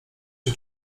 się